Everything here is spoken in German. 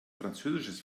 französisches